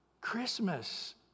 Christmas